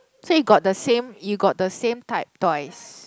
so you got the same you got the same type twice